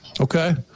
Okay